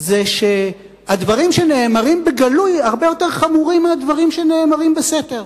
זה שהדברים שנאמרים בגלוי הרבה יותר חמורים מהדברים שנאמרים בסתר.